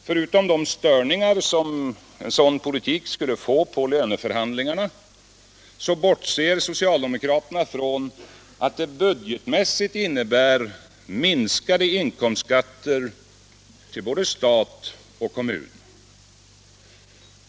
Förutom de störningar som en sådan politik skulle få på löneförhandlingarna bortser socialdemokraterna från att det budgetmässigt innebär minskade inkomstskatter till både stat och kommun.